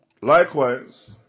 Likewise